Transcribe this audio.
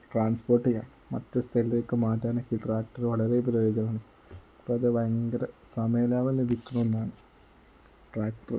transport ചെയ്യാം മറ്റൊരു സ്ഥലത്തേക്ക് മാറ്റാനൊക്കെ ഈ ട്രാക്ടറ് വളരെ പ്രയോജനമാണ് അപ്പോൾ അത് ഭയങ്കര സമയലാഭം ലഭിക്കണ ഒന്നാണ് ട്രാക്ടറ്